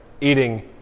eating